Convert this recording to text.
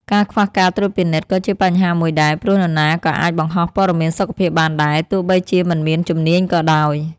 ការខ្វះការត្រួតពិនិត្យក៏ជាបញ្ហាមួយដែរ ព្រោះនរណាក៏អាចបង្ហោះព័ត៌មានសុខភាពបានដែរ ទោះបីជាមិនមានជំនាញក៏ដោយ។